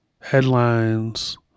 Headlines